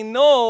no